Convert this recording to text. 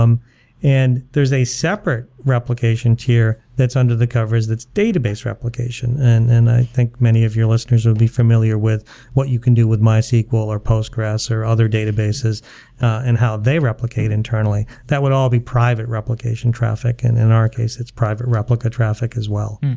um and there's a separate replication tier that's under the covers that's database replication and and i think many of your listeners will be familiar with what you can do with mysql or postgres or other databases and how they replicate internally. that would all be private replication traffic. and in our case, it's private replica traffic as well.